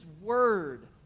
word